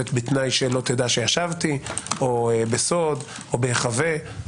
בתנאי שלא יידעו שישבתי או בסוד או בהיחבא,